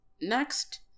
next